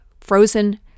frozen